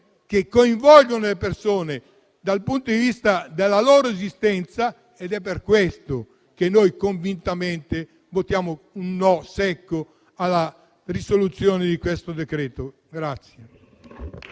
che coinvolgono le persone dal punto di vista della loro esistenza. È per questo che noi convintamente votiamo un no secco alla conversione in legge di questo decreto-legge.